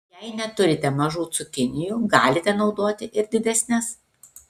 jei neturite mažų cukinijų galite naudoti ir didesnes